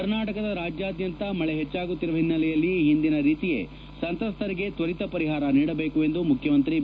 ಕರ್ನಾಟಕದ ರಾಜ್ಯಾದ್ಯಂತ ಮಳೆ ಹೆಚ್ಚಾಗುತ್ತಿರುವ ಹಿನ್ನಲೆಯಲ್ಲಿ ಈ ಹಿಂದಿನ ರೀತಿಯೇ ಸಂತ್ರಸ್ತರಿಗೆ ತ್ವರಿತ ಪರಿಹಾರ ನೀಡಬೇಕು ಎಂದು ಮುಖ್ಯಮಂತ್ರಿ ಬಿ